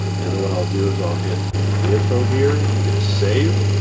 and then what i'll do is i'll hit the info here and hit save,